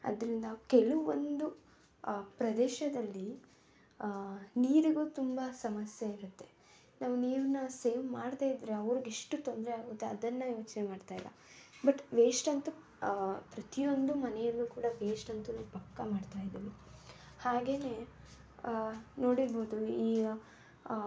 ಅದರಿಂದ ಕೆಲವೊಂದು ಪ್ರದೇಶದಲ್ಲಿ ನೀರಿಗೂ ತುಂಬ ಸಮಸ್ಯೆ ಇರುತ್ತೆ ನಾವು ನೀರನ್ನ ಸೇವ್ ಮಾಡದೇ ಇದ್ದರೆ ಅವ್ರಿಗೆ ಎಷ್ಟು ತೊಂದರೆ ಆಗುತ್ತೆ ಅದನ್ನು ಯೋಚನೆ ಮಾಡ್ತಾ ಇಲ್ಲ ಬಟ್ ವೇಸ್ಟ್ ಅಂತೂ ಪ್ರತಿಯೊಂದು ಮನೆಯಲ್ಲೂ ಕೂಡ ವೇಸ್ಟ್ ಅಂತೂ ಪಕ್ಕ ಮಾಡ್ತಾ ಇದೀವಿ ಹಾಗೆಯೇ ನೋಡಿರ್ಬೋದು ಈಗ